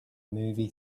movie